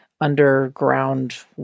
underground